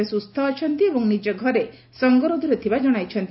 ସେ ସୁସ୍ଛ ଅଛନ୍ତି ଏବଂ ନିଜ ଘରେ ସଙ୍ଗରୋଧରେ ଥିବା ଜଣାଇଛନ୍ତି